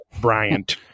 bryant